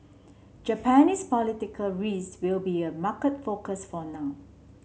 Japanese political will be a market focus for now